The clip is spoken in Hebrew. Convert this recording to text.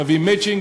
מביאים מצ'ינג,